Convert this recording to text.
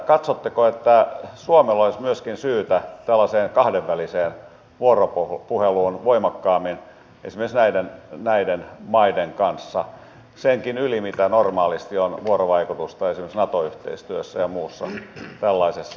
katsotteko että suomella olisi myöskin syytä tällaiseen kahdenväliseen vuoropuheluun voimakkaammin esimerkiksi näiden maiden kanssa senkin yli mitä normaalisti on vuorovaikutusta esimerkiksi nato yhteistyössä ja muussa tällaisessa